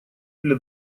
для